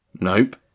Nope